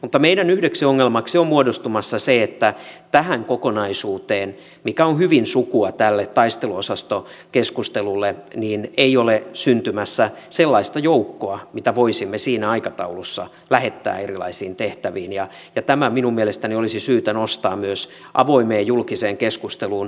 mutta meidän yhdeksi ongelmaksi on muodostumassa se että tähän kokonaisuuteen mikä on hyvin sukua tälle taisteluosastokeskustelulle ei ole syntymässä sellaista joukkoa mitä voisimme siinä aikataulussa lähettää erilaisiin tehtäviin ja tämä minun mielestäni olisi syytä nostaa myös avoimeen julkiseen keskusteluun paremmin